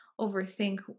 overthink